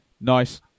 nice